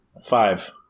Five